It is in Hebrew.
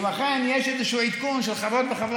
אם לכם יש איזשהו עדכון של חברות וחברי